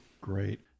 Great